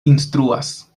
instruas